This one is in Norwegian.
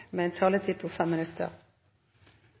med sjølve. Jeg har en taletid på 3 minutter,